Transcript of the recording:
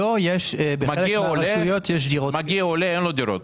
מגיע עולה, אין לו דירות.